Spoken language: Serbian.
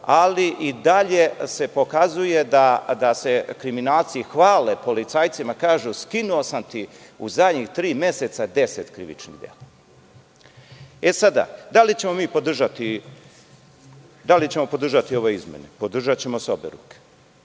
ali i dalje se pokazuje da se kriminalci hvale policajcima i kažu – skinuo sam u zadnjih tri meseca 10 krivičnih dela.E sada, da li ćemo mi podržati ove izmene? Podržaćemo sa obe ruke,